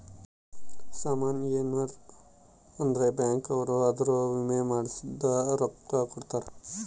ಸಾಮನ್ ಯೆನರ ಅದ್ರ ಬ್ಯಾಂಕ್ ಅವ್ರು ಅದುರ್ ವಿಮೆ ಮಾಡ್ಸಿದ್ ರೊಕ್ಲ ಕೋಡ್ತಾರ